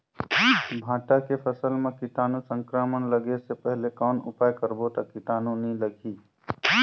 भांटा के फसल मां कीटाणु संक्रमण लगे से पहले कौन उपाय करबो ता कीटाणु नी लगही?